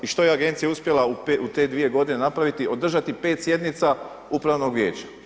I što je agencija uspjela u te 2 godine napraviti, održati 5 sjednica upravnog vijeća.